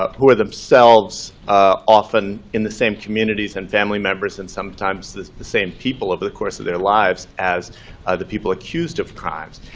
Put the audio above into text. ah who are themselves often in the same communities and family members and sometimes the the same people over the course of their lives as the people accused of crimes.